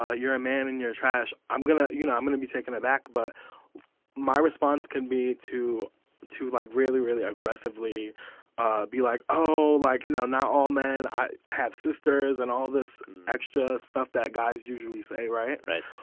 ah you're a man and you're trash, i'm gonna you know, i'm going to be taken aback. but my response can be to to like really, really aggressively ah be like, oh, like, you know, not all men. i have sisters and all this extra stuff that guys usually say. right. right.